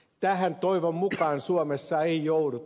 tähän toivon mukaan suomessa ei jouduta